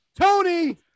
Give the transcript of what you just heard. Tony